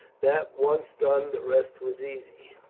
that once done the rest was easy.